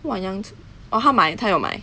!wah! 阳春~ orh 她买她有买